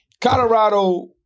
Colorado